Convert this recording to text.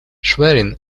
schwerin